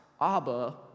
Abba